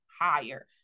higher